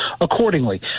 accordingly